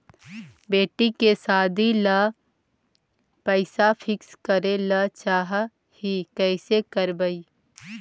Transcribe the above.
बेटि के सादी ल पैसा फिक्स करे ल चाह ही कैसे करबइ?